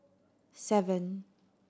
seven